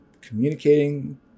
communicating